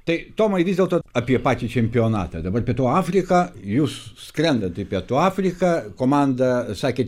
tai tomai vis dėlto apie patį čempionatą dabar pietų afriką jūs skrendat į pietų afriką komanda sakė